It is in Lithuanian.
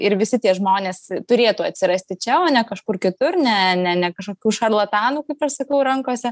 ir visi tie žmonės turėtų atsirasti čia o ne kažkur kitur ne ne ne kažkokių šarlatanų kaip aš sakau rankose